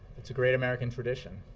it's a great american tradition,